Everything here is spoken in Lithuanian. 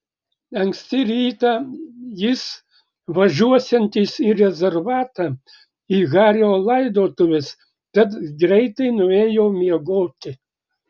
anksti rytą jis važiuosiantis į rezervatą į hario laidotuves tad greitai nuėjo miegoti